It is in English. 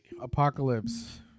apocalypse